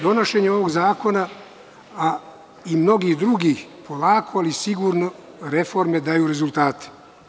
Donošenjem ovog zakona, a i mnogih drugih, polako ali sigurno reforme daju rezultate.